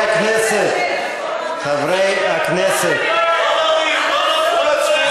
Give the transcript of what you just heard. הכנסת, לחברי הכנסת ולשרי הממשלה.